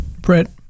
Brett